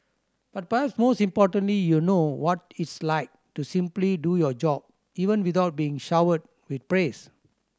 but perhaps most importantly you know what it's like to simply do your job even without being showered with praise